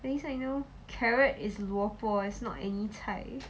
then it's like you know carrot is 萝卜 is not any 菜